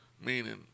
meaning